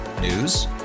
News